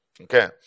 Okay